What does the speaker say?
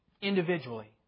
Individually